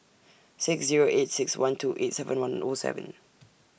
six Zero eight six one two eight seven one O seven